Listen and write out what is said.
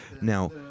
Now